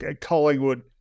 Collingwood